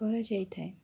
କରାଯାଇଥାଏ